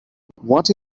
what